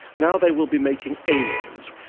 now they will be making a noise.